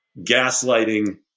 gaslighting